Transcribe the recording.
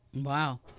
Wow